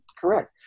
correct